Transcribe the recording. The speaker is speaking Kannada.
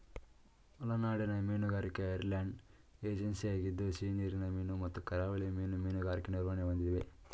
ಒಳನಾಡಿನ ಮೀನುಗಾರಿಕೆ ಐರ್ಲೆಂಡ್ ಏಜೆನ್ಸಿಯಾಗಿದ್ದು ಸಿಹಿನೀರಿನ ಮೀನು ಮತ್ತು ಕರಾವಳಿ ಮೀನು ಮೀನುಗಾರಿಕೆ ನಿರ್ವಹಣೆ ಹೊಂದಿವೆ